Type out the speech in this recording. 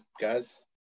guys